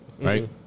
Right